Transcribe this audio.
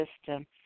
system